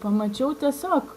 pamačiau tiesiog